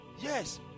yes